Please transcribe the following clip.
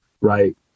right